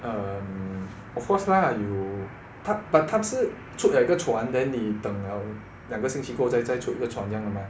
um of course lah you 它 but 它是出了一个船 then 你等了两个星期过再出一个船这样吗